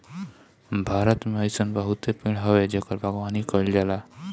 भारत में अइसन बहुते पेड़ हवे जेकर बागवानी कईल जाला